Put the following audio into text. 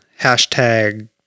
hashtag